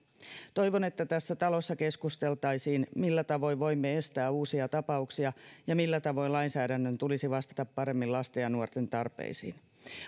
toivon että tässä talossa keskusteltaisiin millä tavoin voimme estää uusia tapauksia ja millä tavoin lainsäädännön tulisi vastata paremmin lasten ja nuorten tarpeisiin